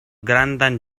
grandan